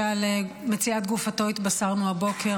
שעל מציאת גופתו התבשרנו הבוקר,